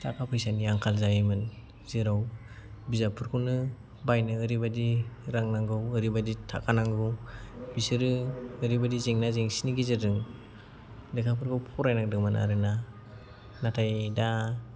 थाखा फैसानि आंखाल जायोमोन जेराव बिजाबफोरखौनो बायनो ओरैबायदि रां नांगौ ओरैबायदि थाखा नांगौ बिसोरो ओरैबायदि जेंना जेंसिनि गेजेरजों लेखाफोरखौ फरायनांदोंमोन आरोना नाथाय दा